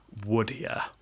woodier